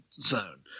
zone